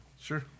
Sure